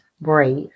brave